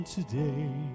Today